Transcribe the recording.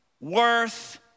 worth